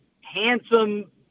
handsome